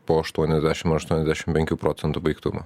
po aštuoniasdešimt aštuoniasdešimt penkių procentų baigtumo